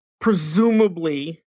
presumably